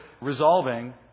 resolving